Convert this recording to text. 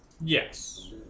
Yes